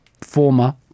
former